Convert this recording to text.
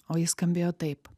o jis skambėjo taip